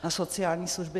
Na sociální služby.